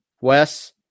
Wes